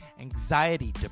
anxiety